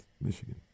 Michigan